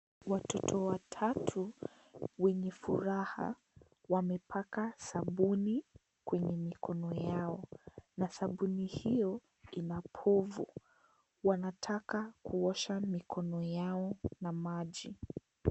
Watoto watatu, wenye furaha. Wamepaka sabuni kwenye mikono yao na sabuni hiyo ina povu, wanataka kuosha mikono yao na maji.